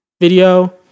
video